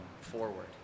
forward